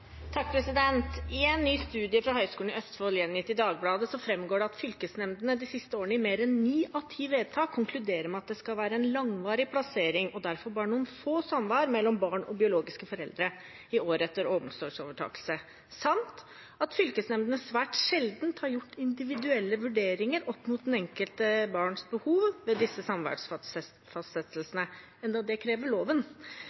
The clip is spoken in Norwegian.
I en ny studie fra Høgskolen i Østfold gjengitt i Dagbladet framgår det at fylkesnemndene de siste årene i mer enn ni av ti vedtak konkluderer med at det skal være en langvarig plassering og derfor bare noen få samvær mellom barn og biologiske foreldre i året etter omsorgsovertakelse, samt at fylkesnemndene svært sjelden har gjort individuelle vurderinger av det enkelte barns behov ved